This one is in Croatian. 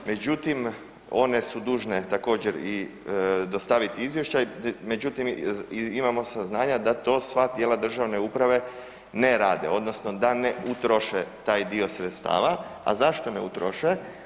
Međutim, one su dužne također i dostaviti izvještaj, međutim imamo saznanja da to sva tijela državne uprave ne rade odnosno da ne utroše taj dio sredstava, a zašto ne utroše?